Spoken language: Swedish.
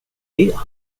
det